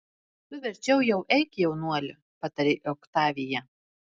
tu verčiau jau eik jaunuoli patarė oktavija